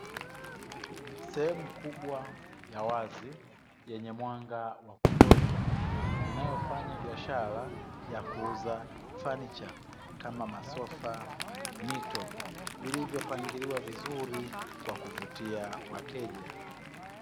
Sehemu kubwa ya wazi yenye mwanga wa kutosha inayofanya biashara ya kuuza fanicha kama masofa, mito vilivyopangiliwa vizuri kwa kuvutia wateja.